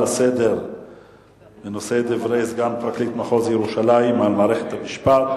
שההצעות לסדר-היום בנושא: דברי סגן פרקליט מחוז ירושלים על מערכת המשפט,